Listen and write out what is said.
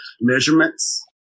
measurements